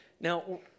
Now